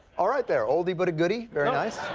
all right there, oldie but a goodie. very nice.